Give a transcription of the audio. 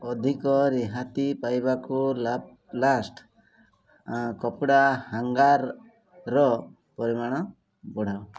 ଅଧିକ ରିହାତି ପାଇବାକୁ ଲ୍ୟାପ୍ ଲାଷ୍ଟ୍ କପଡ଼ା ହ୍ୟାଙ୍ଗର୍ର ପରିମାଣ ବଢ଼ାଅ